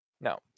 No